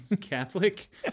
Catholic